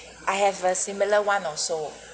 I have a similar one also